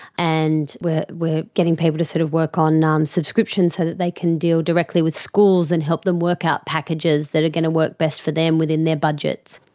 and we're getting getting people to sort of work on um subscriptions so that they can deal directly with schools and help them work out packages that are going to work best for them within their budgets.